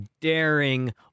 daring